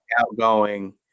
Outgoing